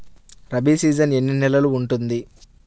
Rabi season ఎన్ని నెలలు ఉంటుంది?